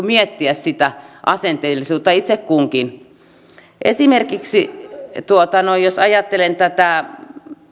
miettiä sitä asenteellisuutta itse kunkin esimerkiksi jos ajattelen tätä